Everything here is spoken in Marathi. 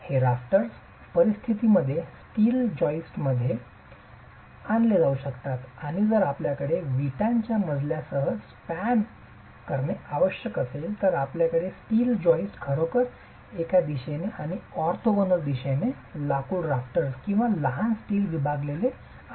हे राफ्टर्स काही परिस्थितींमध्ये स्टील जॉइस्टमध्ये आणले जाऊ शकतात आणि जर आपल्याकडे विटांच्या मजल्यासह स्पॅन करणे आवश्यक असेल तर आपल्याकडे स्टिल जॉइस्ट्स खरोखर एका दिशेने आणि ऑर्थोगोनल दिशेने लाकूड राफ्टर्स किंवा लहान स्टील विभागांमध्ये लपलेले असतात